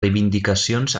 reivindicacions